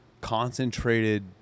concentrated